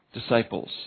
disciples